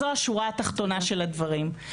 זו השורה התחתונה של הדברים.